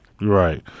Right